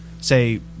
say